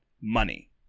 money